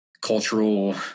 cultural